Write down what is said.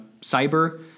cyber